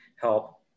help